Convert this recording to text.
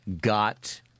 got